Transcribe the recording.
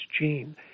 gene